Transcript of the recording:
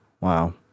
Wow